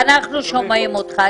אנחנו שומעים אותך.